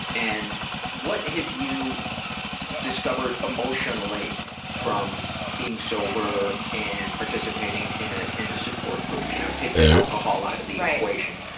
and what have you discovered emotionally from being sober and participating in ah in a support group? you know take the alcohol out of the equation.